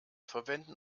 verwenden